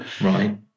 Right